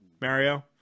Mario